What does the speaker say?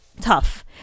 tough